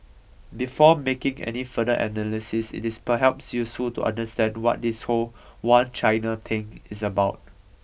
before making any further analysis it is perhaps useful to understand what this whole one China thing is about